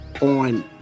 On